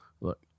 look